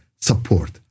support